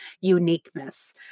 uniqueness